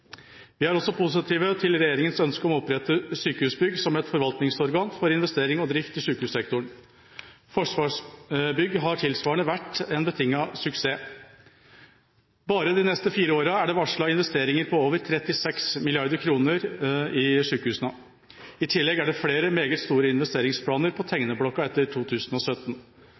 Vi er også positive til regjeringas ønske om å opprette Sykehusbygg som et forvaltningsorgan for investering og drift i sykehussektoren. Forsvarsbygg har tilsvarende vært en betinget suksess. Bare de neste fire årene er det varslet investeringer på over 36 mrd. kr i sykehusene. I tillegg er det flere meget store investeringsplaner på tegneblokka etter 2017.